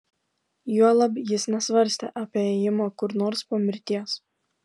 juolab jis nesvarstė apie ėjimą kur nors po mirties